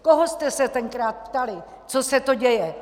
Koho jste se tenkrát ptali, co se to děje?